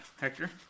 Hector